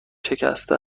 شکسته